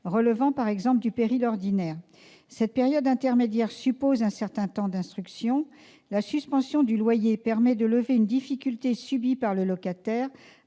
relevant, par exemple, du péril ordinaire. Cette période intermédiaire suppose un certain temps d'instruction. La suspension du loyer permet de lever une difficulté subie par le locataire,